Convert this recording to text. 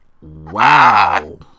Wow